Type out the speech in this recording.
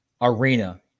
arena